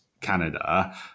canada